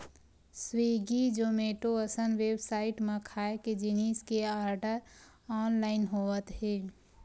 Swiggy, Zomato असन website म खाए के जिनिस के आरडर ऑनलाइन होवत हे